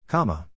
Comma